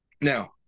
Now